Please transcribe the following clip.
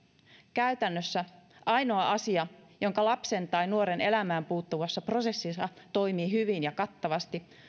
käytännössä ainoa asia joka lapsen tai nuoren elämään puuttuvassa prosessissa toimii hyvin ja kattavasti